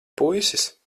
puisis